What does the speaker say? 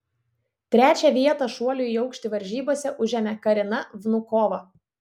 trečią vietą šuolių į aukštį varžybose užėmė karina vnukova